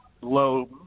low